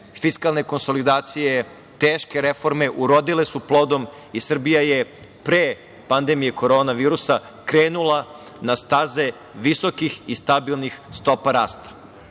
fiskalne konsolidacije, teške reforme, urodile su plodom i Srbija je pre pandemije korona virusa krenula na staze visokih i stabilnih stopa rasta. Desila